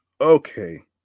okay